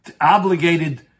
obligated